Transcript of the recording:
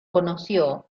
conoció